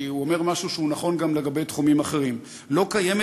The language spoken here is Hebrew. כי הוא אומר משהו שהוא נכון גם לגבי תחומים אחרים: לא קיימת